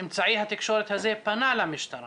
אמצעי התקשורת הזה פנה למשטרה